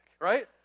right